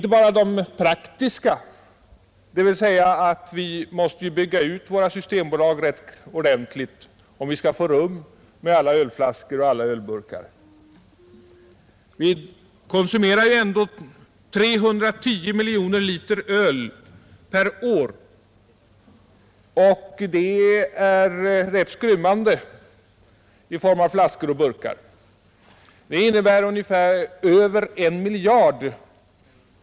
En praktisk konsekvens är att vi måste bygga ut våra systembutiker rätt ordentligt om vi skall få rum med alla ölflaskor och alla ölburkar. Vi konsumerar ju ändå 310 miljoner liter öl per år, och det blir en rätt skrymmande mängd av flaskor och burkar — över en miljard.